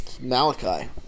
Malachi